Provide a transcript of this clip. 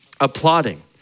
applauding